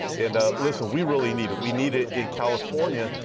and listen, we really need it. we need it in california,